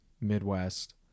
Midwest